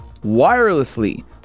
wirelessly